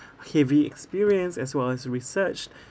heavy experience as well as research